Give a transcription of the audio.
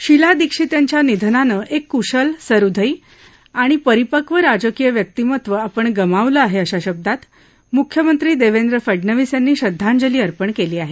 शीला दीक्षित यांच्या निधनानं एक कुशल सहृदयी आणि परीपक्व राजकीय व्यक्तिमत्त्व आपण गमावलं आहे अशा शब्दात मुख्यमंत्री देवेंद्र फडणवीस यांनी श्रद्धांजली अर्पण केली आहे